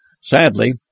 Sadly